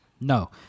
No